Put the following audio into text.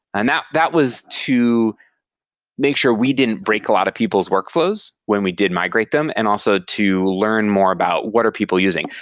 and that that was to make sure we didn't break a lot of people's workflows when we did migrate them and also to learn more about what are people using.